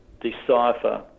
decipher